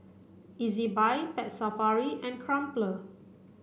Ezbuy Pet Safari and Crumpler